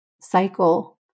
cycle